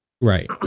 Right